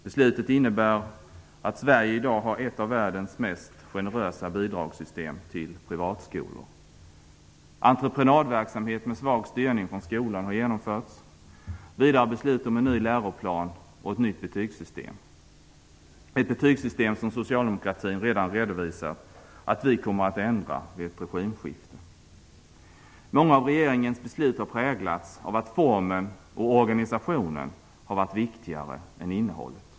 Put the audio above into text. Beslutet innebär att Sverige i dag har ett av världens mest generösa bidragssystem till privatskolor. Entreprenadverksamhet med svag styrning från skolan har genomförts. Vidare har beslut fattats om en ny läroplan och ett nytt betygssystem. Socialdemokratin har redan redovisat att vi kommer att ändra det betygssystemet vid ett regimskifte. Många av regeringens beslut har präglats av att formen och organisationen har varit viktigare än innehållet.